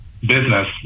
business